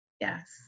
yes